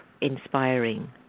inspiring